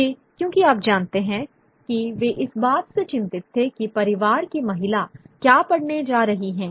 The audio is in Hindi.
ये क्योंकि आप जानते हैं कि वे इस बात से चिंतित थे कि परिवार की महिला क्या पढ़ने जा रही हैं